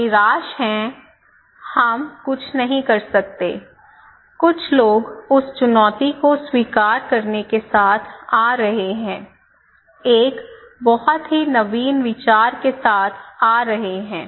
आप निराश हैं हम कुछ नहीं कर सकते कुछ लोग उस चुनौती को स्वीकार करने के साथ आ रहे हैं एक बहुत ही नवीन विचार के साथ आ रहे हैं